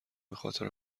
بخاطر